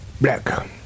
Black